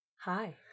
Hi